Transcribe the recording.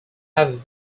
have